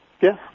Yes